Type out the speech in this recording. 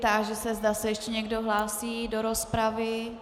Táži se, zda se ještě někdo hlásí do rozpravy.